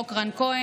חוק רן כהן.